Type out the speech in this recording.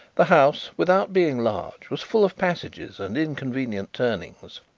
the house, without being large, was full of passages and inconvenient turnings.